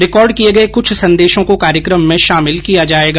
record किए गए कुछ संदेशों को कार्यक्रम में शामिल किया जाएगा